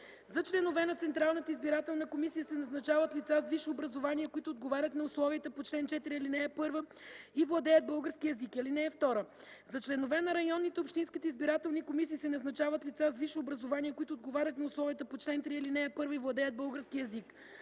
За членове на Централната избирателна комисия се назначават лица с висше образование, които отговарят на условията по чл. 4, ал. 1 и владеят български език. (2) За членове на районните и общинските избирателни комисии се назначават лица с висше образование, които отговарят на условията по чл. 3, ал. 1 и владеят български език.